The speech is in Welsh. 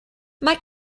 mae